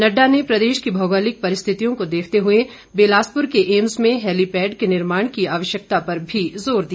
नड्डा ने प्रदेश की भौगोलिक परिस्थितियों को देखते हुए बिलासपुर को एम्स में हैलिपैड के निर्माण की आवश्यकता पर भी जोर दिया